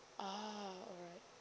oh alright